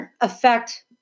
affect